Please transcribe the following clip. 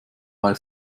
weil